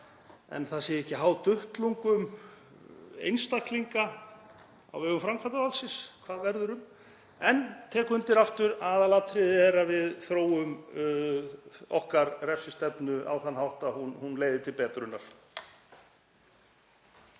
Það sé ekki háð duttlungum einstaklinga á vegum framkvæmdarvaldsins hvað verður. Ég tek undir aftur, aðalatriðið er að við þróum okkar refsistefnu á þann hátt að hún leiði til betrunar.